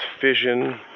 Fission